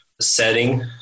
Setting